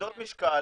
כבדות משקל,